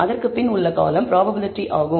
அதற்குப் பின் உள்ள காலம் ப்ராப்பபிலிட்டி ஆகும்